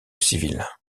civil